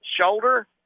shoulder